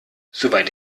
soweit